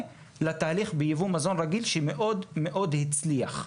לתהליך ביבוא מזון רגיל שמאוד מאוד הצליח.